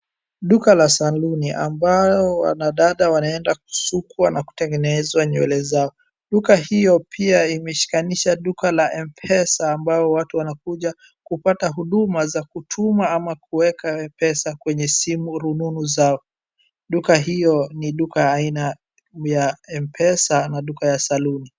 Duka la Saluni, ambao wanadada wanaenda kusukwa na kutengenezwa nywele zao. Duka hio pia imeshikanisha duka la M-pesa ambao watu wanakuja kupata huduma za kutuma ama kuweka pesa kwenye simu, rununu zao. Duka hio ni duka aina ya M-pesa na duka ya Saluni.